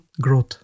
growth